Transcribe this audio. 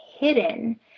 hidden